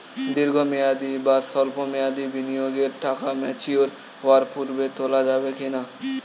দীর্ঘ মেয়াদি বা সল্প মেয়াদি বিনিয়োগের টাকা ম্যাচিওর হওয়ার পূর্বে তোলা যাবে কি না?